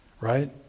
right